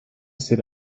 sit